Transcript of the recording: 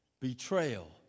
betrayal